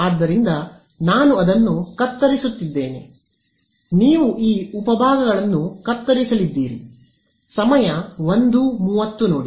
ಆದ್ದರಿಂದ ನಾನು ಅದನ್ನು ಕತ್ತರಿಸುತ್ತಿದ್ದೇನೆ ಆದ್ದರಿಂದನೀವು ಈ ಉಪಭಾಗಗಳನ್ನು ಕತ್ತರಿಸಲಿದ್ದೀರಿ ಸಮಯ 0130 ನೋಡಿ